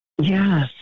Yes